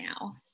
now